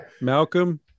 Malcolm